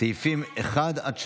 סעיפים 1 8,